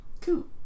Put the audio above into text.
Cool